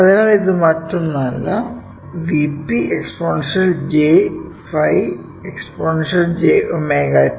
അതിനാൽ ഇത് മറ്റൊന്നുമല്ല Vp exponential j ϕ exponential jωt